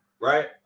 right